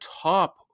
top